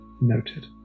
Noted